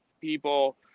people